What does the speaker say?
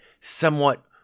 somewhat